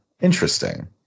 Interesting